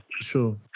Sure